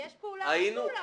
יש פעולה או אין פעולה?